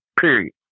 period